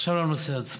עכשיו לנושא עצמו.